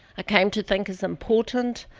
i came to think as important